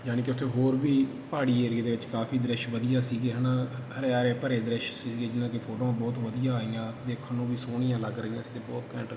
ਯਾਨੀ ਕਿ ਉੱਥੇ ਹੋਰ ਵੀ ਪਹਾੜੀ ਏਰੀਏ ਦੇ ਵਿੱਚ ਕਾਫੀ ਦ੍ਰਿਸ਼ ਵਧੀਆ ਸੀਗੇ ਹੈ ਨਾ ਹਰੇ ਹਰੇ ਭਰੇ ਦ੍ਰਿਸ਼ ਸੀਗੇ ਜਿਨ੍ਹਾਂ ਦੀ ਫੋਟੋਆਂ ਬਹੁਤ ਵਧੀਆ ਆਈਆਂ ਦੇਖਣ ਨੂੰ ਵੀ ਸੋਹਣੀਆਂ ਲੱਗ ਰਹੀਆਂ ਸੀ ਅਤੇ ਬਹੁਤ ਘੈਂਟ